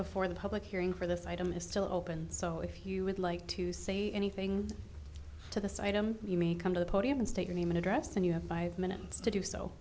before the public hearing for this item is still open so if you would like to say anything to this item you may come to the podium and state your name and address and you have five minutes to do so